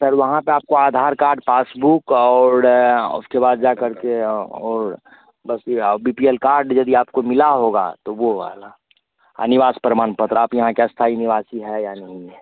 sir वहाँ पर आपको आधार कार्ड पासबुक और उसके बाद जाकर और बस फिर और बी पी एल कार्ड यदि आपको मिला होगा तो वह वाला निवास प्रमाणपत्र आप यहाँ के अस्थायी निवासी हैं या नहीं हैं